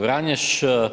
Vranješ.